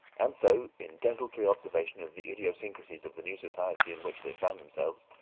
and so, in desultory observation of the idiosyncrasies of the new society in which they found themselves,